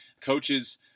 Coaches